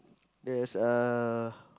there's uh